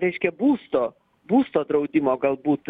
reiškia būsto būsto draudimo galbūt